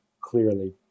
clearly